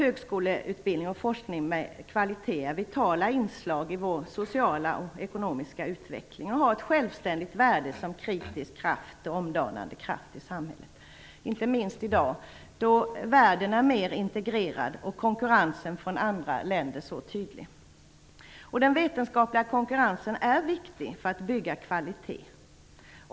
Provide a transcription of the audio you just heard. Högskoleutbildning och forskning med kvalitet är vitala inslag i vår sociala och ekonomiska utveckling och har ett självständigt värde som kritisk och omdanande kraft i samhället, inte minst i dag, då världen är mera integrerad och konkurrensen från andra länder så tydlig. Den vetenskapliga konkurrensen är viktig för att bygga upp kvalitet.